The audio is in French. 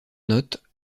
note